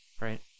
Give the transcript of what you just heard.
Right